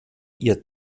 ihr